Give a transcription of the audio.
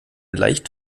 leicht